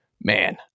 man